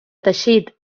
teixit